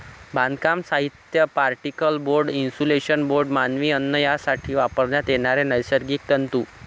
बांधकाम साहित्य, particle board, insulation board, मानवी अन्न यासाठी वापरण्यात येणारे नैसर्गिक तंतू